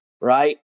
right